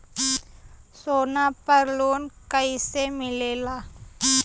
सोना पर loan कइसे मिलेला?